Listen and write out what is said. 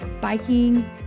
biking